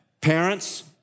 Parents